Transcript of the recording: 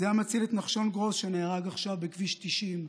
זה היה מציל את נחשון גרוס, שנהרג עכשיו בכביש 90,